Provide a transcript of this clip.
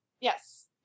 Yes